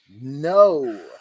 No